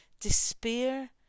Despair